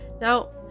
Now